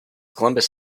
columbus